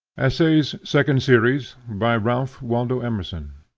essays, second series, by ralph waldo emerson